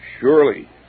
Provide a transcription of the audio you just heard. surely